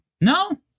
No